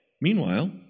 Meanwhile